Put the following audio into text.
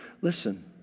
Listen